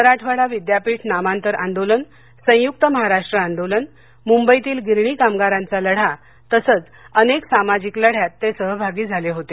मराठवाडा विद्यापीठ नामांतर आंदोलन संयुक्त महाराष्ट्र आंदोलन मुंबईतील गिरणी कामगारांचा लढा तसंच अनेक सामाजिक लढयांत ते सहभागी झाले होते